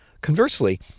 Conversely